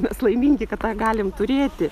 mes laimingi kad tą galim turėti